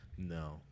No